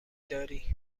داری